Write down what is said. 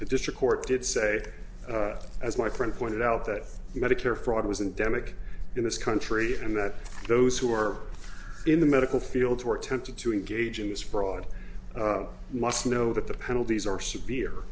district court did say as my friend pointed out that medicare fraud was endemic in this country and that those who are in the medical field who are tempted to engage in this fraud must know that the penalties are severe